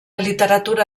literatura